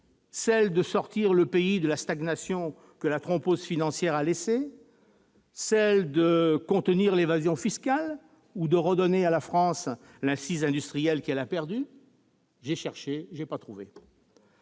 de sortir le pays de la stagnation que la thrombose financière a laissée, de contenir l'évasion fiscale ou de redonner à la France l'assise industrielle qu'elle a perdue ? J'ai cherché et je n'ai pas trouvé